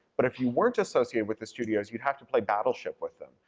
but if you weren't associated with the studios, you'd have to play battleship with them,